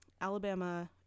Alabama